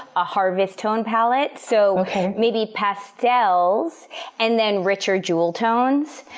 a harvest tone palette so maybe pastels and then richer jewel tones.